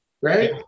Right